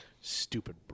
Stupid